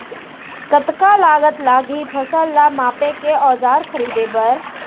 कतका लागत लागही फसल ला मापे के औज़ार खरीदे बर?